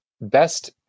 best